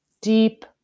deep